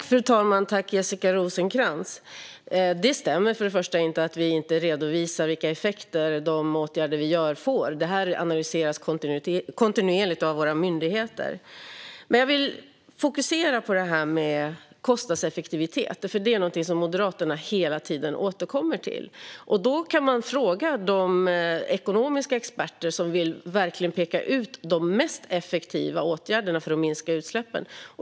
Fru talman! Jessica Rosencrantz! Först och främst stämmer det inte att vi inte redovisar vilka effekter de åtgärder vi vidtar får. Det analyseras kontinuerligt av våra myndigheter. Men jag vill fokusera på detta med kostnadseffektivitet, för det är någonting som Moderaterna hela tiden återkommer till. Man kan fråga de ekonomiska experter som verkligen vill peka ut de mest effektiva åtgärderna för att minska utsläppen.